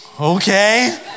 Okay